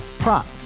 Prop